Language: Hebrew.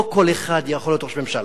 לא כל אחד יכול להיות ראש ממשלה,